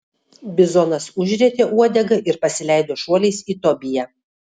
bizonas užrietė uodegą ir pasileido šuoliais į tobiją